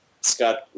Scott